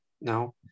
now